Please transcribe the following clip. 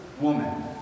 woman